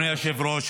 תודה, גברתי.